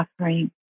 suffering